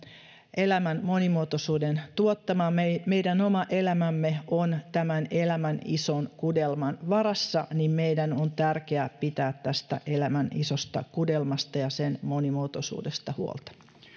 elämän monimuotoisuuden tuottama meidän oma elämämme on tämän elämän ison kudelman varassa niin meidän on tärkeää pitää tästä elämän isosta kudelmasta ja sen monimuotoisuudesta huolta